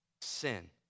sin